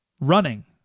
Running